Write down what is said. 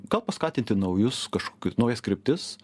gal paskatinti naujus kažkokiu naujas kryptis